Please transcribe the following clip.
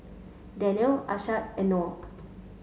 Daniel Ashraf and Noh